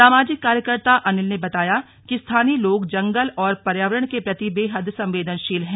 सामाजिक कार्यकर्ता अनिल ने बताया कि स्थानीय लोग जगंल और पर्यावरण के प्रति बेहद संवेदनशील है